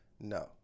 no